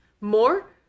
More